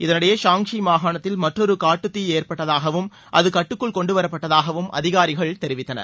இதனிடையே சாங்ஷி மாகாணத்தில் மற்றொரு காட்டுத்தீ ஏற்பட்டதாகவும் அது கட்டுக்குள் கொண்டுவரப்பட்டதாகவும் அதிகாரிகள் தெரிவித்தனர்